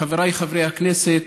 חבריי חברי הכנסת,